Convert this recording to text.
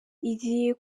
igiye